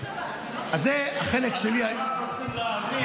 אז זה החלק שלי --- אנחנו רק רוצים להבין